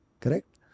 Correct